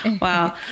Wow